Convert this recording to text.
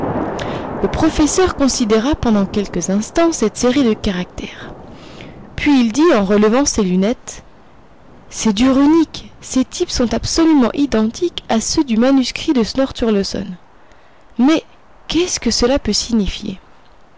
le professeur considéra pendant quelques instants cette série de caractères puis il dit en relevant ses lunettes c'est du runique ces types sont absolument identiques à ceux du manuscrit de snorre turleson mais qu'est-ce que cela peut signifier